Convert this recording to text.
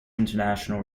international